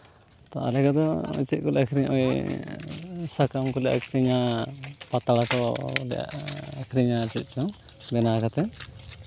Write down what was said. ᱛᱚ ᱟᱞᱮ ᱫᱚ ᱪᱮᱫ ᱠᱚᱞᱮ ᱟᱹᱠᱷᱨᱤᱧᱟ ᱳᱭ ᱥᱟᱠᱟᱢ ᱠᱚᱞᱮ ᱟᱹᱠᱷᱨᱤᱧᱟ ᱯᱟᱛᱲᱟ ᱠᱚᱞᱮ ᱟᱹᱠᱷᱨᱤᱧᱟ ᱪᱮᱫᱠᱚ ᱵᱮᱱᱟᱣ ᱠᱟᱛᱮ